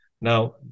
Now